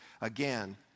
again